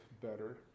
better